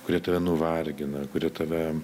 kurie tave nuvargina kurie tave